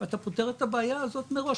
אתה פותר את הבעיה הזאת מראש,